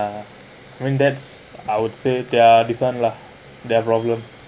I mean that's I would say their this [one] lah their problem